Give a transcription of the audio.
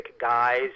guys